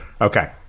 Okay